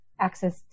access